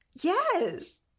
Yes